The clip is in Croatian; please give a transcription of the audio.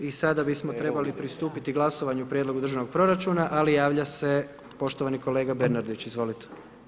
I sada bismo trebali pristupiti glasovanju prijedlogu državnog proračuna, ali javlja se poštovani kolega Bernardić, izvolite.